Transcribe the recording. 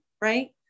right